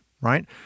right